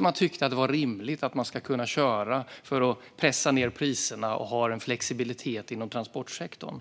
Man tyckte att det var rimligt att kunna köra för att pressa ned priserna och ha en flexibilitet inom transportsektorn.